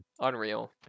unreal